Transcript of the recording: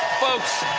folks,